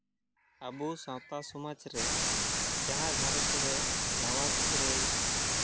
ᱟᱵᱚ ᱥᱟᱶᱛᱟ ᱥᱚᱢᱟᱡᱽ ᱨᱮ ᱡᱟᱦᱟᱸ ᱜᱷᱟᱨᱚᱸᱡᱽ ᱨᱮ ᱱᱟᱣᱟ ᱜᱤᱫᱽᱨᱟᱹᱭ